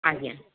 ଆଜ୍ଞା